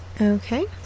Okay